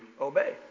obey